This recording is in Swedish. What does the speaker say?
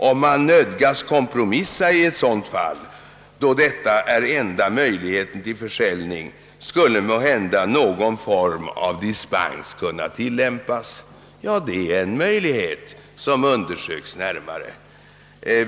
Om man nödgas kompromissa i ett sådant fall då detta är enda möjligheten till försäljning skulle måhända någon form av dispens kunna tillämpas.» Ja, detta är en möjlighet som undersöks närmare.